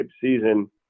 season